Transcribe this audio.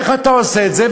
איך אתה עושה את זה?